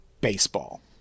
baseball